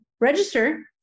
register